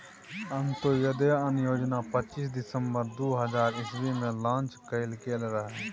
अंत्योदय अन्न योजना पच्चीस दिसम्बर दु हजार इस्बी मे लांच कएल गेल रहय